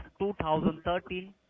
2013